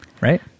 Right